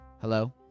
Hello